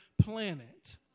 planet